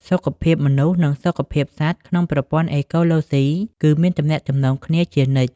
សុខភាពមនុស្ស និងសុខភាពសត្វក្នុងប្រព័ន្ធអេកូឡូស៊ី គឺមានទំនាក់ទំនងគ្នាជានិច្ច។